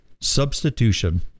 substitution